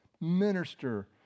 Minister